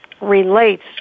relates